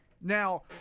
Now